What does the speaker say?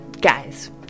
guys